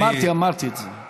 אמרתי, אמרתי את זה.